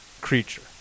creature